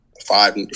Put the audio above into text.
five